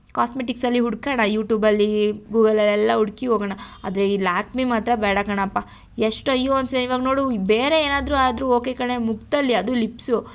ಕಾಸ್ಮೆಟಿಕ್ಸಲ್ಲಿ ಹುಡ್ಕೋಣ ಯುಟೂಬಲ್ಲಿ ಗೂಗಲಲ್ಲೆಲ್ಲ ಹುಡ್ಕಿ ಹೋಗೋಣ ಆದರೆ ಈ ಲ್ಯಾಕ್ಮಿ ಮಾತ್ರ ಬೇಡ ಕಣಪ್ಪ ಎಷ್ಟು ಅಯ್ಯೋ ಅನಿಸಿದೆ ಇವಾಗ ನೋಡು ಬೇರೆ ಏನಾದ್ರೂ ಆದ್ರೂ ಓಕೆ ಕಣೇ ಮುಖದಲ್ಲಿ ಅದು ಲಿಪ್ಸು